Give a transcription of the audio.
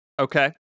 Okay